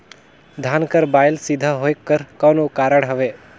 धान कर बायल सीधा होयक कर कौन कारण हवे?